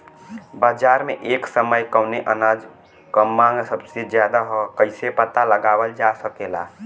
बाजार में एक समय कवने अनाज क मांग सबसे ज्यादा ह कइसे पता लगावल जा सकेला?